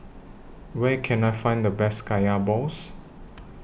Where Can I Find The Best Kaya Balls